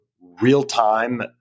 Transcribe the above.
real-time